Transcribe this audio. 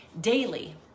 daily